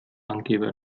angeber